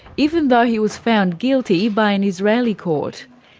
even though he was found guilty by an israeli court.